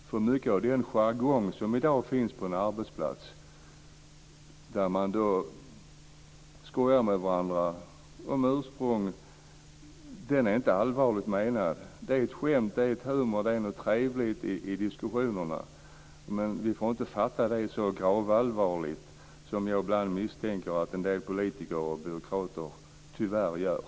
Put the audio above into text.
Mycket av den jargong som i dag finns på en arbetsplats, där man skojar med varandra om ursprung, är inte allvarligt menat. Det är skämt, humor och något trevligt i diskussionerna. Vi får inte uppfatta det så gravallvarligt, som jag misstänker att en del politiker och byråkrater tyvärr gör.